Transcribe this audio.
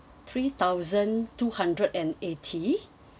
three thousand two hundred and eighty